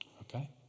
Okay